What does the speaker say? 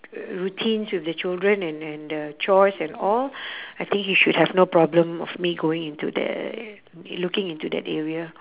routines with the children and and the chores and all I think he should have no problem of me going into the looking into that area